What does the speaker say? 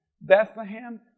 Bethlehem